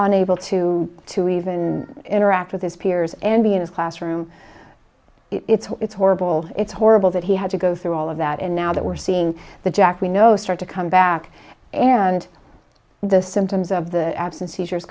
on able to to even interact with his peers and be in his classroom it's horrible it's horrible that he had to go through all of that and now that we're seeing the jack we know start to come back and the symptoms of the absence